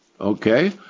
Okay